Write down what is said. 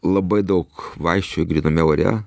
labai daug vaikščioji gryname ore